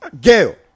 Gail